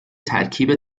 ترکیب